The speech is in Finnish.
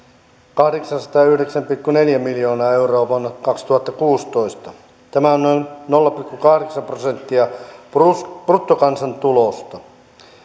kahdeksansataayhdeksän pilkku neljä miljoonaa euroa vuonna kaksituhattakuusitoista tämä on on noin nolla pilkku kahdeksan prosenttia prosenttia bruttokansantulosta